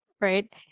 right